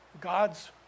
God's